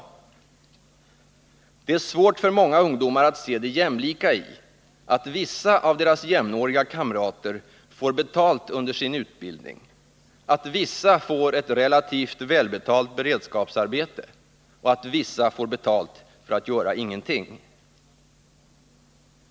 Det är svårt för många ungdomar att se det jämlika i att vissa av deras jämnåriga kamrater får betalt under sin utbildning, att vissa får ett relativt välbetalt beredskapsarbete och att vissa får betalt för att göra ingenting.